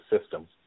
system